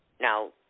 Now